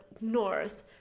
north